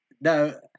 no